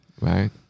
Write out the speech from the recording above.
right